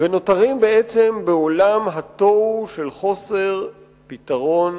ונותרים בעצם בעולם התוהו של חוסר פתרון